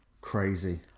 crazy